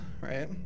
right